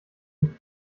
nicht